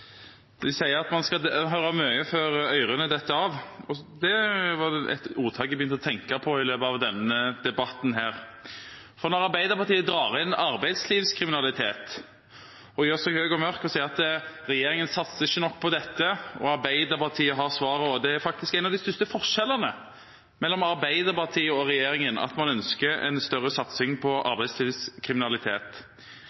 at man skal høre mye før ørene faller av. Det var et ordtak jeg begynte å tenke på i løpet av denne debatten – når Arbeiderpartiet drar inn arbeidslivskriminalitet, gjør seg høye og mørke og sier at regjeringen ikke satser nok på dette, og at Arbeiderpartiet har svaret. En av de største forskjellene mellom Arbeiderpartiet og regjeringen er faktisk at man ønsker en større satsing på